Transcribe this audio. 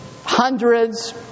hundreds